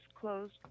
closed